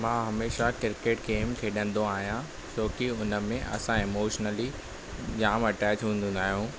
मां हमेशह cricket game खेॾंदो आहियां छो की हुनमें असां इमोशनली ॼाम अटैच हूंदा आहियूं